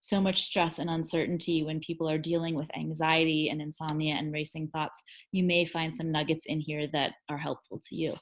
so much stress and uncertainty when people are dealing with anxiety and insomnia and racing thoughts you may find some nuggets in here that are helpful to you.